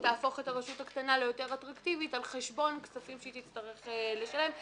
שתהפוך את הרשות הקטנה ליותר אטרקטיבית על חשבון כספים שהיא תצטרך לשלם,